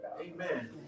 Amen